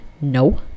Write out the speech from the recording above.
No